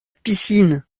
piscine